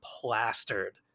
plastered